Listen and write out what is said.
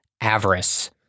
avarice